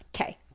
Okay